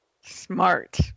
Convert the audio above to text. Smart